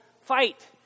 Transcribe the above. fight